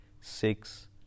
six